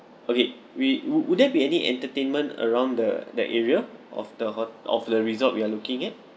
okay we wuo~ would there be any entertainment around the that area of the hot~ of the resort we are looking at